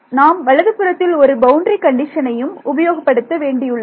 நாம் வலது புறத்தில் ஒரு பவுண்டரி கண்டிஷன் ஐயும் உபயோகப்படுத்த வேண்டியுள்ளது